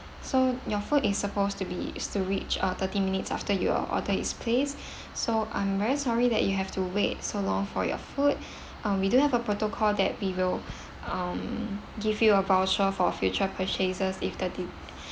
so your food is supposed to be is to reach uh thirty minutes after your order is placed so I'm very sorry that you have to wait so long for your food um we do have a protocol that we will um give you a voucher for future purchases if the de~